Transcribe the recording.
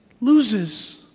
loses